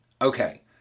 Okay